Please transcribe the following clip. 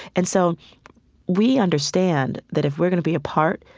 and so we understand that if we're going to be a part,